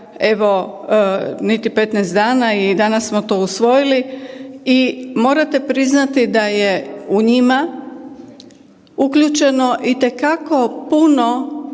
evo niti 15 dana i danas smo to usvojili i morate priznati da je u njima uključeno itekako puno